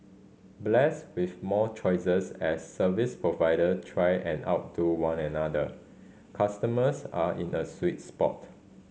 blessed with more choices as service provider try and outdo one another customers are in a sweet spot